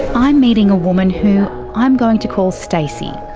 i'm meeting a woman who i'm going to call stacey.